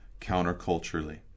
counterculturally